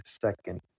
second